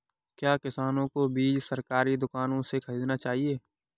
क्या किसानों को बीज सरकारी दुकानों से खरीदना चाहिए?